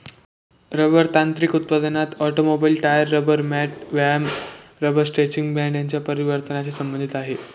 rubber तांत्रिक उत्पादनात automobile, tyre, rubber mat, व्यायाम रबर स्ट्रेचिंग बँड यांच्या परिवर्तनाची संबंधित आहे